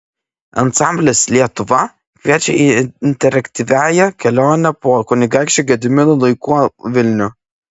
ansamblis lietuva kviečia į interaktyvią kelionę per kunigaikščio gedimino laikų vilnių